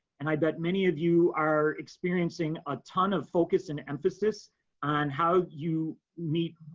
and i bet many of you are experiencing a ton of focus and emphasis on how you meet